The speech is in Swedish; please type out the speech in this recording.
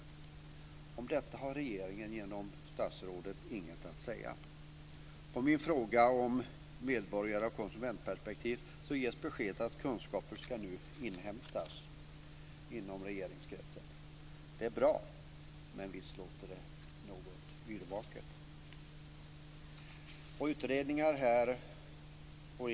Om detta har regeringen genom statsrådet inget att säga. På min fråga om medborgaroch konsumentperspektiv ges beskedet att kunskaper nu ska inhämtas inom regeringskretsen. Det är bra, men visst låter det något yrvaket.